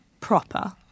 Proper